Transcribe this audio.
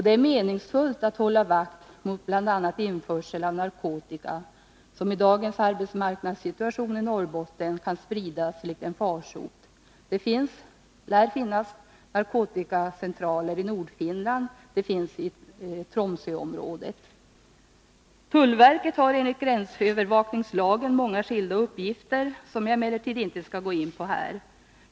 Det är meningsfullt att hålla vakt mot bl.a. införsel av narkotika, som i dagens arbetsmarknadssituation i Norrbotten kan sprida sig likt en farsot. Det lär finnas narkotikacentraler i Nordfinland, och det finns sådana i Tromsöområdet. Tullverket har enligt gränsövervakningslagen många skilda uppgifter som jag emellertid inte skall gå in på här.